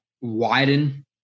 widen